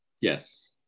Yes